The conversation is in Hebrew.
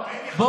אני